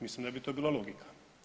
Mislim da bi to bila logika.